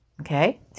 okay